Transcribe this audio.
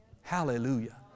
Hallelujah